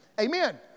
Amen